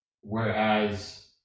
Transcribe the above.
whereas